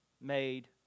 made